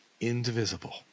Indivisible